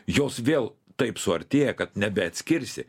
jos vėl taip suartėja kad nebeatskirsi